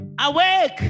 Awake